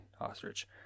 ostrich